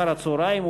אחר-הצהריים,